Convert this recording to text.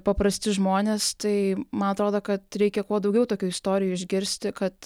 paprasti žmonės tai man atrodo kad reikia kuo daugiau tokių istorijų išgirsti kad